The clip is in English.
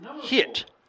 hit